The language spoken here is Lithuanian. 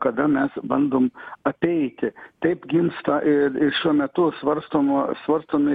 kada mes bandom apeiti taip gimsta ir ir šiuo metu svarstoma svarstomi